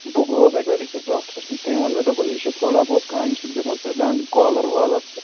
بہٕ گوس اَکہِ أکِس ڈاکٹرس نِش تٔمۍ ووٚن مےٚ دوٚپُن یہِ چھِ تھوڑا بہت کامہِ سۭتۍ گژھان ژٕ گَنٛڈ گولَر والَر تہٕ